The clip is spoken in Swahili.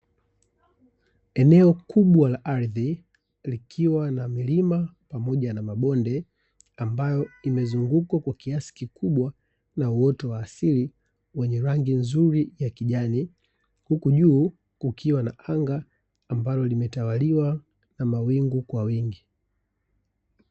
Eneo kubwa la ardhi likiwa na milima pamoja na mabonde, ambayo imezungukwa kwa kiasi kikubwa na uoto wa asili wenye rangi nzuri ya kijani, huku juu kukiwa na anga ambalo limetawaliwa na mawingu kwa wingi.